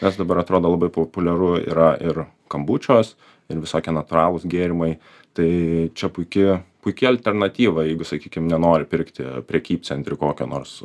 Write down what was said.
nes dabar atrodo labai populiaru yra ir kombučios ir visokie natūralūs gėrimai tai čia puiki puiki alternatyva jeigu sakykim nenori pirkti prekybcentrių kokio nors